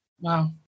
Wow